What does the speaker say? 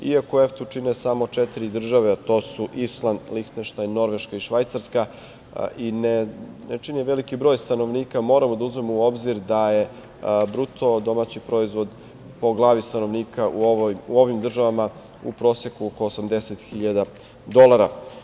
Iako EFTA-u čine samo četiri države, to su Island, Lihtenštajn, Norveška i Švajcarska, i ne čini je veliki broj stanovnika, moramo da uzmemo u obzir da je bruto domaći proizvod po glavi stanovnika u ovim državama u proseku oko 80.000 dolara.